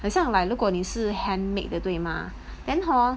很想 like 如果你是 handmade 的对吗 then hor